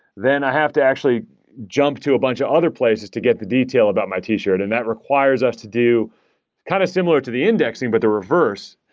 then i have to actually jump to a bunch of other places to get the detail about my t-shirt, and that requires us to do kind of similar to the indexing, but the reverse,